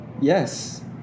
Yes